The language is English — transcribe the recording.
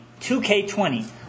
2K20